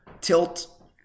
tilt